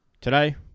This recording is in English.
today